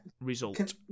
result